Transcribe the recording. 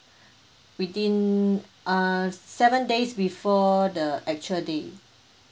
within err seven days before the actual day